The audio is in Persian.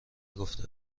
نگفته